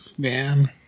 Man